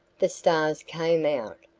the stars came out,